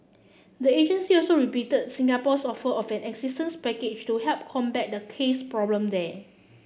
the agency also repeated Singapore's offer of an assistance package to help combat the case problem there